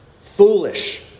foolish